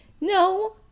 no